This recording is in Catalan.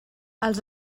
els